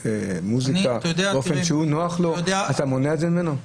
מוזיקה באופן שנוח לו אתה מונע זאת ממנו?